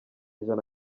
ijana